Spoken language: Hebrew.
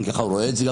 כך הוא רואה את זה.